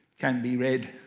can be read